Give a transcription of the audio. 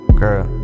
girl